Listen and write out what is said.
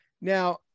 Now